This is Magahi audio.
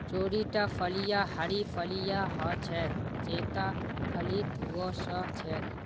चौड़ीटा फलियाँ हरी फलियां ह छेक जेता फलीत वो स छेक